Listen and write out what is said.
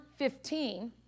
15